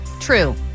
True